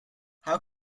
how